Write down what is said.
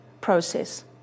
process